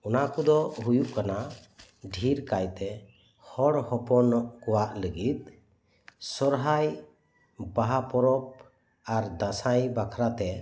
ᱚᱱᱟ ᱠᱚᱫᱚ ᱦᱳᱭᱳᱜ ᱠᱟᱱᱟ ᱫᱷᱮᱹᱨ ᱠᱟᱭᱛᱮ ᱦᱚᱲ ᱦᱚᱯᱚᱱ ᱠᱚᱣᱟᱜ ᱞᱟᱹᱜᱤᱫ ᱥᱚᱦᱨᱟᱭ ᱵᱟᱦᱟ ᱯᱚᱨᱚᱵᱽ ᱟᱨ ᱫᱟᱸᱥᱟᱭ ᱵᱟᱠᱷᱟᱨᱟ ᱛᱮ